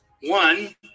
One